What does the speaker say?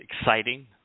exciting